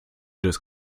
des